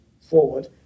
forward